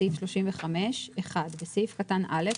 בסעיף 35 - בסעיף קטן (א),